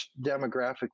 demographic